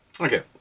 Okay